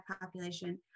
population